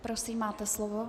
Prosím, máte slovo.